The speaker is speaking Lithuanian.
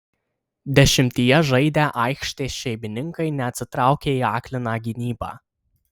dešimtyje žaidę aikštės šeimininkai neatsitraukė į akliną gynybą